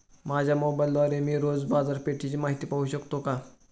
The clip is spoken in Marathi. माझ्या मोबाइलद्वारे मी रोज बाजारपेठेची माहिती पाहू शकतो का?